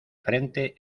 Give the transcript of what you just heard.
frente